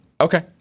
Okay